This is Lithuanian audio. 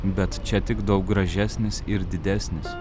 bet čia tik daug gražesnis ir didesnis